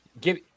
give